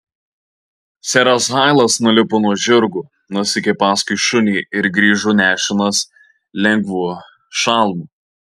seras hailas nulipo nuo žirgo nusekė paskui šunį ir grįžo nešinas lengvu šalmu